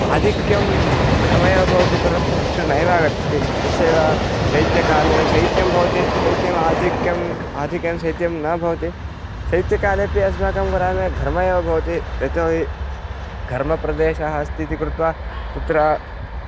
आधिक्यं घर्मे एव भवति परन्तु वृष्टिर् नैव आगच्छति तथैव शैत्यकाले शैत्यं भवति शैत्यम् आधिक्यम् आधिक्येन शैत्यं न भवति शैत्यकालेपि अस्माकं ग्रामे घर्मः एव भवति यतोहि घर्मप्रदेशः अस्ति इति कृत्वा तत्र